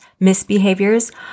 misbehaviors